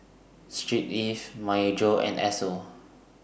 Street Ives Myojo and Esso